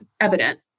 evident